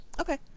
Okay